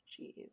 Jeez